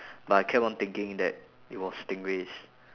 but I kept on thinking that it was stingrays